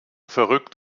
verrückt